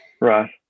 right